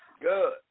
good